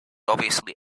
obviously